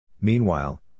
Meanwhile